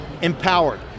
empowered